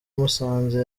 musanze